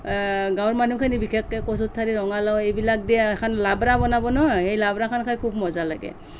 গাঁৱৰ মানুহখিনি বিশেষকৈ কচু ঠাৰি ৰঙালাও এইবিলাক দিয়ে এখান লাব্ৰা বনাব নহয় সেই লাব্ৰাখন খাই খুব মজা লাগে